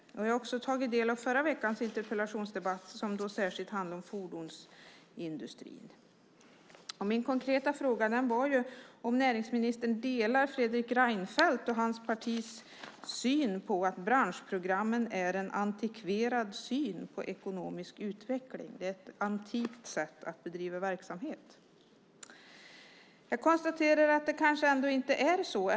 Jag har också tagit del av förra veckans interpellationsdebatt som särskilt handlade om fordonsindustrin. Min konkreta fråga var om näringsministern delar Fredrik Reinfeldts och hans partis syn på att branschprogrammen är ett antikverat sätt att se på ekonomisk utveckling och ett antikt sätt att bedriva verksamhet. Jag konstaterar att det kanske inte är så.